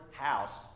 house